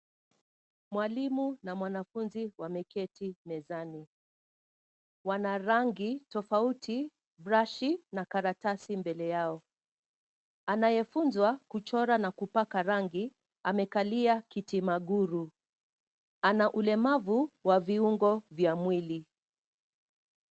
Mwalimu na mwanafunzi wameketi mezani. Wana rangi tofauti, brashi na karatasi mbele yao. Anayefunzwa kuchora na kupaka rangi amekalia kiti maguru. Ana ulemavu wa viungo vya mwili.